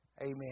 Amen